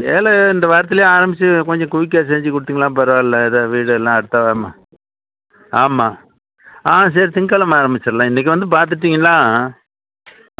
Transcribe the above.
வேலை இந்த வாரத்துலேயே ஆரம்பித்து கொஞ்சம் குயிக்காக செஞ்சு குடுத்திங்கனா பரவாயில்ல எது வீடெல்லாம் அடுத்த வாரமா ஆமாம் ஆ சரி திங்கள் கெழமை ஆரம்பிச்சுட்லாம் இன்னைக்கு வந்து பார்த்துட்டிங்கனா